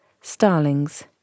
Starlings